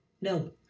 no